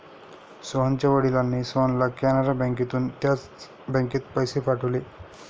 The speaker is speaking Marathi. सोहनच्या वडिलांनी सोहनला कॅनरा बँकेतून त्याच बँकेत पैसे पाठवले